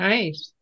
Nice